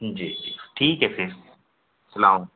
جی جی ٹھیک ہے پھر سلام